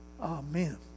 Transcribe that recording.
Amen